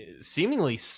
Seemingly